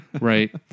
right